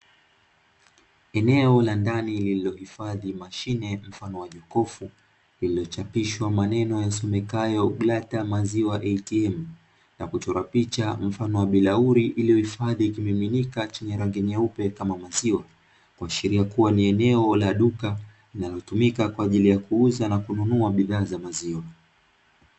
Eneo la ndani lililohifadhi mashine mfano wa jokofu iliochapishwa maneno yasomekayo ''blata maziwa ATM'' na kuchorwa picha mfano wa bilauli iliyohifadhi kimiminika chenye rangi nyeupe kama maziwa. Kuashiria kuwa ni eneo la duka linalotumika kwa ajili ya kuuza na kununua bidhaa za maziwa.